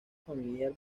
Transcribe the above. familiar